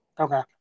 Okay